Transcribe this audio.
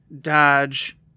dodge